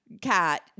cat